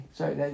Sorry